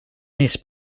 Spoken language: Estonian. mees